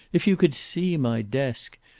if you could see my desk!